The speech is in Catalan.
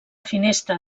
finestra